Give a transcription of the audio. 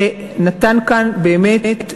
שנתן כאן באמת,